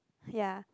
ya